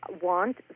want